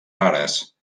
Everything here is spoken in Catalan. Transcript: rares